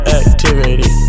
activity